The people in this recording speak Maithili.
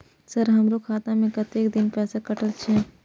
सर हमारो खाता में कतेक दिन पैसा कटल छे?